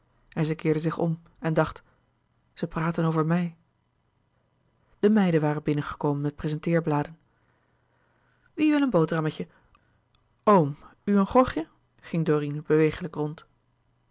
en zij keerde zich om en dacht zij praatten over mij de meiden waren binnengekomen met prezenteerbladen wie wil een boterhammetje oom u een grogje ging dorine bewegelijk rond